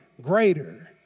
greater